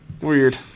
Weird